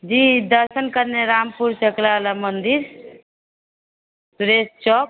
जी दर्शन करने रामपुर चकलाला मंदिर सुरेश चौक